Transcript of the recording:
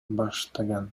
баштаган